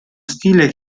stile